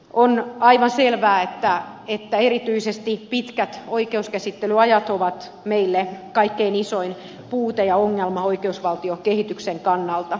on aivan selvää että erityisesti pitkät oikeuskäsittelyajat ovat meille kaikkein isoin puute ja ongelma oikeusvaltiokehityksen kannalta